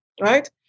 right